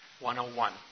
101